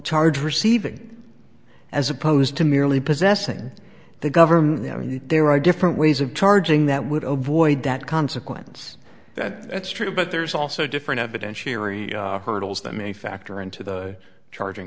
charge receiving as opposed to merely possessing the government there are different ways of charging that would ovoid that consequence that that's true but there's also different evidentiary hurdles that may factor into the charging